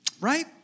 Right